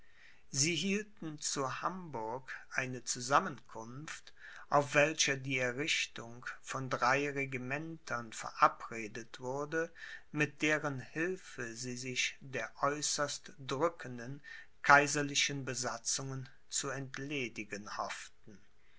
sie hielten zu hamburg eine zusammenkunft auf welcher die errichtung von drei regimentern verabredet wurde mit deren hilfe sie sich der äußerst drückenden kaiserlichen besatzungen zu entledigen hofften